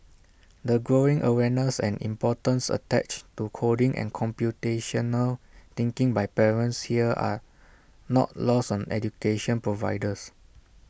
the growing awareness and importance attached to coding and computational thinking by parents here are not lost on education providers